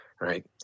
Right